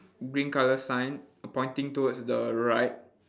green colour sign pointing towards the right